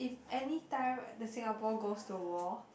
if anytime the Singapore goes to war